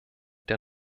der